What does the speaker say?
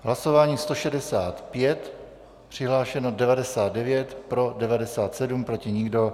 Hlasování 165, přihlášeno 99, pro 97, proti nikdo.